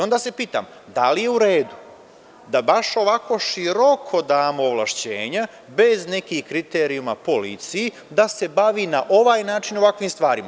Onda se pitam – da li je u redu da baš ovako široko damo ovlašćenja, bez nekih kriterijuma, policiji da se bavi na ovaj način ovakvim stvarima?